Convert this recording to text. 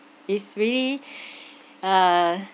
is really uh